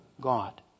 God